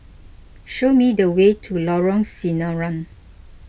show me the way to Lorong Sinaran